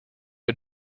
you